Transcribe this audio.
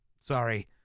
sorry